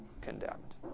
condemned